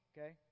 Okay